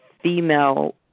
female